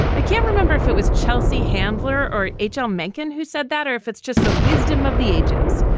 i can't remember if it was chelsea handler or h l. mencken who said that or if it's just the wisdom of the ages.